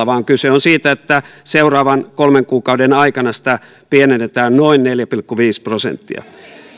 vaan kyse on siitä että seuraavan kolmen kuukauden aikana sitä pienennetään noin neljä pilkku viisi prosenttia